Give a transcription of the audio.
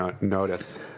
notice